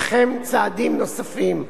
וכן צעדים נוספים.